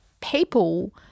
people